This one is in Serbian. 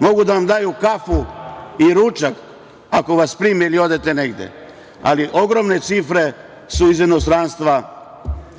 Mogu da vam daju kafu i ručak ako vas prime ili odete negde, ali ogromne cifre su iz inostranstva